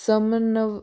समनव्